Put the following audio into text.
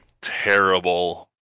terrible